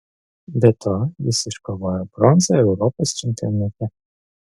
be to jis iškovojo bronzą europos čempionate